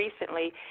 recently